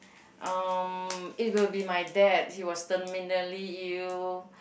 um it will be my dad he was terminally ill